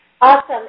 Awesome